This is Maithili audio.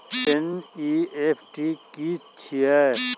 एन.ई.एफ.टी की छीयै?